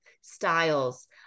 styles